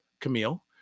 camille